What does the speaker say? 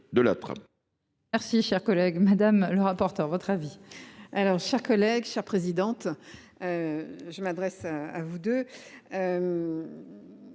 Merci cher collègue madame le rapporteur, votre avis.